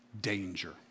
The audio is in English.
danger